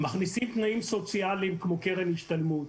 מכניסים תנאים סוציאליים כמו קרן השתלמות,